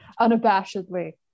unabashedly